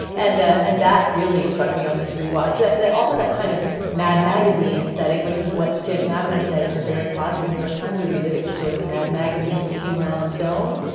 and ah and that really struck me on this rewash that that also that kind of mad magazine aesthetic, which is what janet maslin said in her very positive new york times review, that it was sort of mad magazine humor on film.